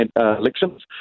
elections